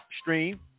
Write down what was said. stream